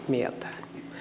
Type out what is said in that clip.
mieltään